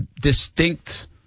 distinct